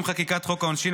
עם חקיקת חוק העונשין,